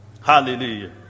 Hallelujah